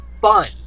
fun